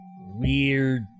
weird